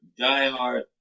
diehard